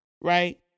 right